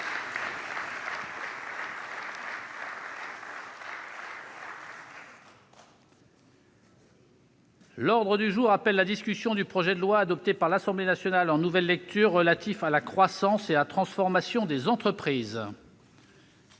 L'ordre du jour appelle la discussion, en nouvelle lecture, du projet de loi, adopté par l'Assemblée nationale en nouvelle lecture, relatif à la croissance et la transformation des entreprises